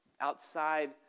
outside